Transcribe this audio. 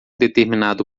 determinado